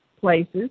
places